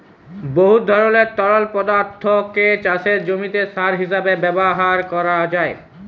বহুত ধরলের তরল পদাথ্থকে চাষের জমিতে সার হিঁসাবে ব্যাভার ক্যরা যায়